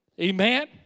Amen